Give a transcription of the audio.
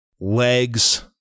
legs